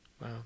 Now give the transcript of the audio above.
Wow